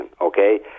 okay